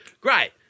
great